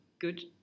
good